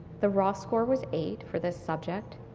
the law score was eight for this subject,